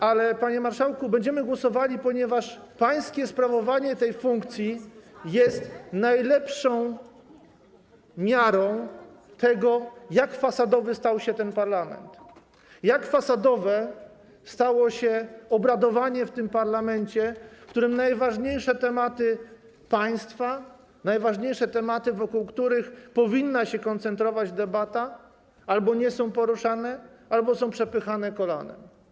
Ale, panie marszałku, będziemy głosowali, ponieważ pańskie sprawowanie tej funkcji jest najlepszą miarą tego, jak fasadowy stał się ten parlament, jak fasadowe stało się obradowanie w tym parlamencie, w którym najważniejsze tematy państwa, najważniejsze tematy, wokół których powinna się koncentrować debata, albo nie są poruszane, albo są przepychane kolanem.